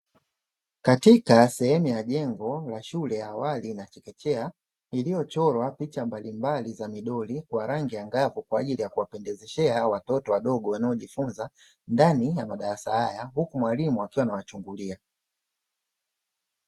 Katika sehemu ya jengo la shule ya awali ya chekechea, iliyochorwa picha mbalimbali za midori kwa rangi angavu kwa ajili ya kuwapendezeshea watoto wadogo wanaojifunza ndani ya madarasa haya, huku mwalimu akiwa anawachungulia.